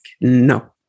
No